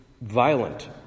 violent